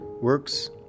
works